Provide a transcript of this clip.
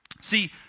See